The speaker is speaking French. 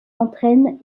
entraîne